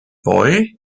boy